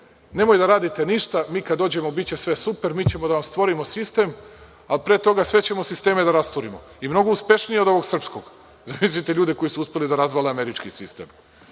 Nemojte da radite ništa, mi kad dođemo biće sve super, mi ćemo da vam stvorimo sistem, ali pre toga sve ćemo sisteme da rasturimo. I mnogo uspešnije od ovog srpskog. Zamislite ljude koji su uspeli da razvale američki sistem.